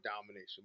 domination